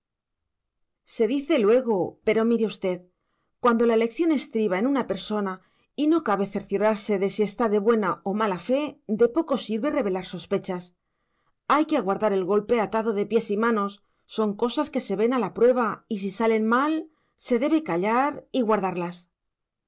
se dice luego pero mire usted cuando la elección estriba en una persona y no cabe cerciorarse de si está de buena o mala fe de poco sirve revelar sospechas hay que aguardar el golpe atado de pies y manos son cosas que se ven a la prueba y si salen mal se debe callar y guardarlas